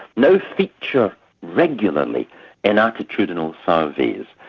now feature regularly in attitudinal surveys,